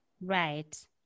Right